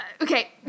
okay